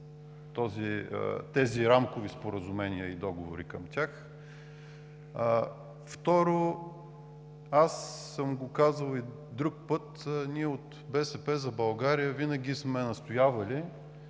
тези рамкови споразумения и договори към тях? Второ, аз съм го казвал и друг път, ние от „БСП за България“ винаги сме настоявали